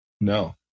No